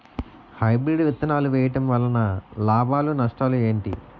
Hybrid విత్తనాలు వేయటం వలన లాభాలు నష్టాలు ఏంటి?